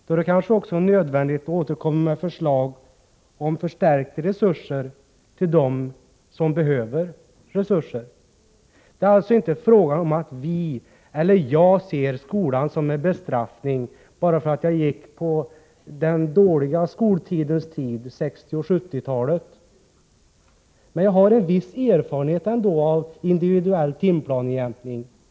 Då är det kanske också nödvändigt att återkomma med förslag till förstärkta resurser till dem som behöver resurser. Det är alltså inte fråga om att vi eller jag ser skolan som en bestraffning, även om jag gick i skolan under en dålig tid, på 1960 och 1970-talen. Men jag har ändå, Bengt Göransson, en viss erfarenhet av individuell timplanejämkning.